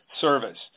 service